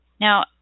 Now